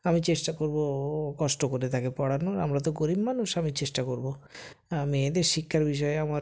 আমি চেষ্টা করবো কষ্ট করে তাকে পড়ানোর আমরা তো গরীব মানুষ আমি চেষ্টা করবো মেয়েদের শিক্ষার বিষয়ে আমার